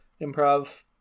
improv